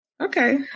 Okay